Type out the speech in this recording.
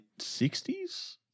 60s